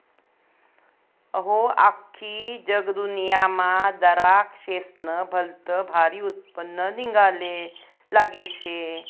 अहो, आख्खी जगदुन्यामा दराक्शेस्नं भलतं भारी उत्पन्न निंघाले लागेल शे